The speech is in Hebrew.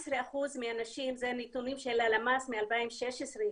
זה נתונים של הלמ"ס מ-2016,